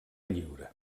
lliure